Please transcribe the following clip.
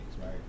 right